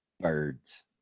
birds